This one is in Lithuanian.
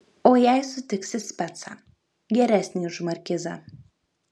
o jei sutiksi specą geresnį už markizą